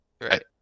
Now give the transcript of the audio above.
right